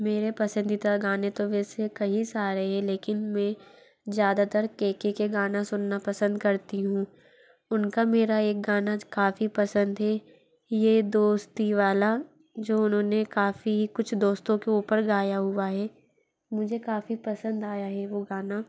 मेरे पसंदीता गाने तो वैसे कई सारे हैं लेकिन में ज़्यादातर के के के गाना सुनना पसंद करती हूँ उनका मेरा एक गाना काफ़ी पसंद हे ये दोस्ती वाला जो उन्होंने काफ़ी कुछ दोस्तों के ऊपर गाया हुआ है मुझे काफ़ी पसंद आया हे वो गाना